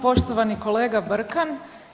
Poštovani kolega Brkan.